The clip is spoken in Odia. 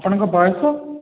ଆପଣଙ୍କ ବୟସ